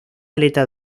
aleta